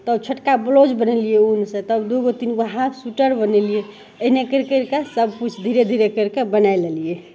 तब छोटका ब्लाउज बनेलियै उनसँ तब दुगो तीन गो हाफ स्वीटर बनेलियै अहिना करि करि कऽ सबकिछु धीरे धीरे करि कऽ बनाय लेलियै